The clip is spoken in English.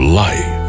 life